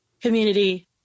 community